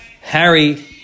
Harry